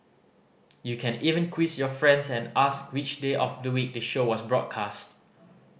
you can even quiz your friends and ask which day of the week the show was broadcast